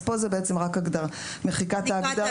אז פה זה בעצם רק מחיקת ההגדרה.